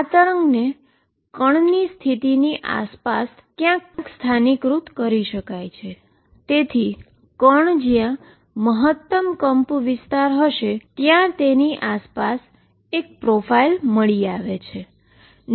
આ વેવને પાર્ટીકલની પોઝીશન આસપાસ લોકલાઈઝડ કરી શકાય છે તેથી કણ જ્યાં મહતમ એમ્લીટ્યુડ હશે ત્યાં હશે તેથી તેની પાસે એક આ પ્રોફાઇલમાં મળી આવે છે